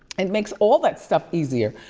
it makes all that stuff easier,